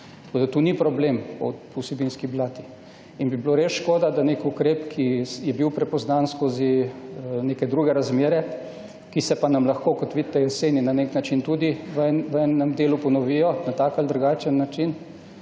to ni problem po vsebinski plati. In bi bilo res škoda, da nek ukrep, ki je bil prepoznan skozi neke druge razmere, ki se pa nam lahko, kot vidite, jeseni na nek način tudi v enem delu ponovijo, na tak ali drugačen način,